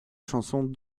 chansons